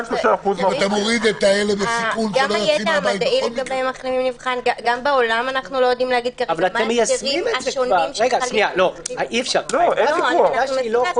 גם בעולם אנחנו לא יודעים לומר- -- זו עמדה לא קוהרנטית.